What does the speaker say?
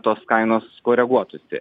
tos kainos koreguotųsi